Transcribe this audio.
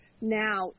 now